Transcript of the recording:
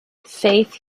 faith